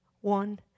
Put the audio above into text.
one